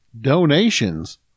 Donations